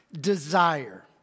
desire